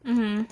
mmhmm